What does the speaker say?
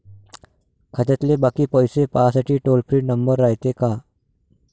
खात्यातले बाकी पैसे पाहासाठी टोल फ्री नंबर रायते का?